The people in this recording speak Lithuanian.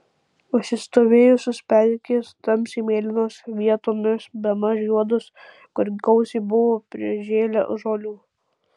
užsistovėjusios pelkės tamsiai mėlynos vietomis bemaž juodos kur gausiai buvo prižėlę žolių